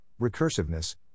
recursiveness